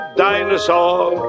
dinosaur